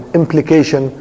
implication